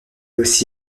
aussi